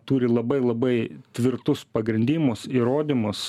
turi labai labai tvirtus pagrindimus įrodymus